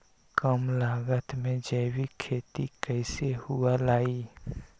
कम लागत में जैविक खेती कैसे हुआ लाई?